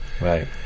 Right